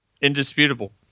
Indisputable